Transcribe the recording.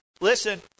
Listen